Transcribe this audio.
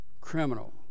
Criminal